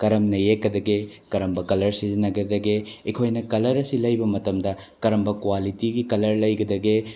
ꯀꯔꯝꯅ ꯌꯦꯛꯀꯗꯒꯦ ꯀꯔꯝꯕ ꯀꯂ꯭ꯔ ꯁꯤꯖꯤꯟꯅꯒꯗꯒꯦ ꯑꯩꯈꯣꯏꯅ ꯀꯂ꯭ꯔ ꯑꯁꯤ ꯂꯩꯕ ꯃꯇꯝꯗ ꯀꯔꯝꯕ ꯀ꯭ꯋꯥꯂꯤꯇꯤꯒꯤ ꯀꯂ꯭ꯔ ꯂꯩꯒꯗꯒꯦ